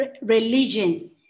religion